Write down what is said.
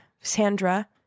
Sandra